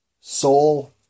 soul